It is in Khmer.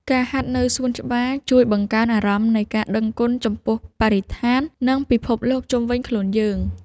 ការហាត់នៅសួនច្បារជួយបង្កើនអារម្មណ៍នៃការដឹងគុណចំពោះបរិស្ថាន និងពិភពលោកជុំវិញខ្លួនយើង។